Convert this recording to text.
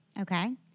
okay